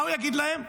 מה הוא יגיד להם?